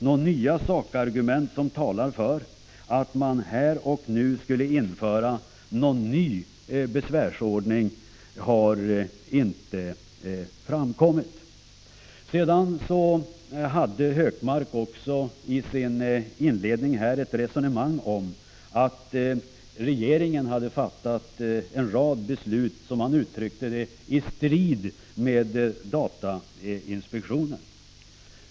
Några nya sakargument som talar för att man här och nu skulle införa någon ny besvärsordning har inte framkommit. Vidare förde Gunnar Hökmark i inledningen av sitt anförande ett resonemang om att regeringen hade fattat en rad beslut, som han uttryckte det, i strid med datainspektionen.